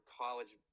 college